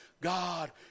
God